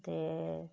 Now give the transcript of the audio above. ते